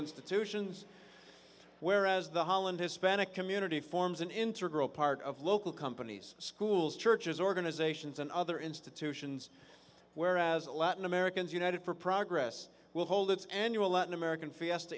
institutions whereas the holland hispanic community forms an integral part of local companies schools churches organizations and other institutions where as a latin americans united for progress will hold its annual latin american fiesta